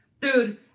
dude